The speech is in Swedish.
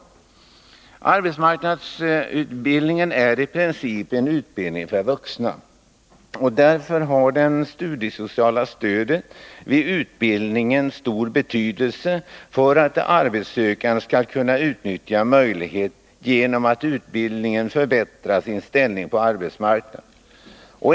Arbetsmarknadsutbildningen är i princip en utbildning för vuxna, och därför har det studiesociala stödet vid utbildningen stor betydelse för att de arbetssökande skall kunna utnyttja möjligheten att genom utbildning förbättra sin ställning på arbetsmarknaden.